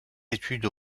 études